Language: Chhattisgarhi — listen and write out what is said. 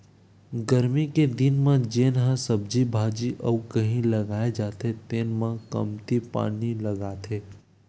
गरमी के दिन म जेन ह सब्जी भाजी अउ कहि लगाए जाथे तेन म कमती पानी लागथे